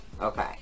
Okay